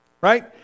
right